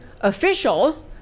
official